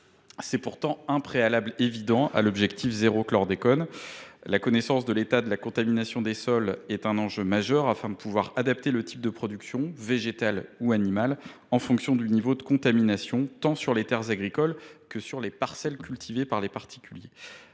C’est pourtant un préalable évident à l’objectif « zéro chlordécone ». La connaissance de l’état de contamination des sols est un enjeu majeur pour adapter le type de production, végétale ou animale, en fonction du niveau de contamination, tant sur les terres agricoles que sur les parcelles cultivées par les particuliers.